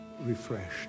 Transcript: refreshed